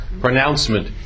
pronouncement